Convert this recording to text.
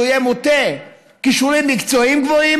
שהוא יהיה מוטה כישורים מקצועיים גבוהים,